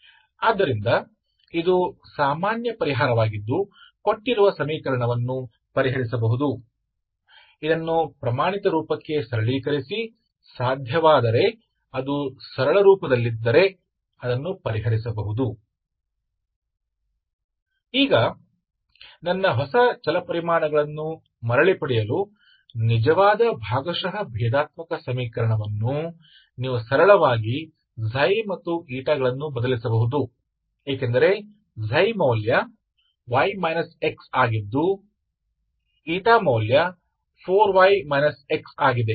तो यह इस तरह का सामान्य समाधान है आप दिए गए समीकरण को हल कर सकते हैं आप इसे मानक रूप में कम कर सकते हैं यदि संभव हो तो इसे हल किया जा सकता है यदि यह कमी के बाद है यदि यह सरल रूप में है तो इसे हल किया जा सकता है इसे इसके सामान्य समाधान के लिए हल किया जा सकता है तो यह कमी समीकरण का समाधान है